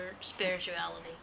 spirituality